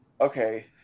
Okay